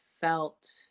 felt